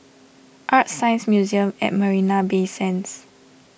ArtScience Museum at Marina Bay Sands